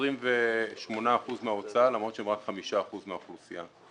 הם 28 אחוזים מההוצאה למרות שהם רק 5 אחוזים מהאוכלוסייה.